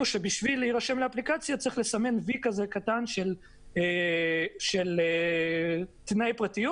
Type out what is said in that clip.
שבשביל להיכנס לאפליקציה צריך לסמן V קטן על תנאי פרטיות.